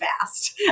fast